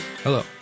Hello